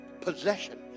possession